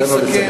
תן לו לסכם.